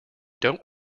don’t